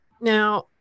Now